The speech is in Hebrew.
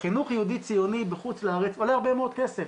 חינוך יהודי ציוני בחוץ לארץ עולה הרבה מאוד כסף,